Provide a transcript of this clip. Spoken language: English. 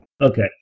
Okay